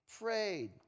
prayed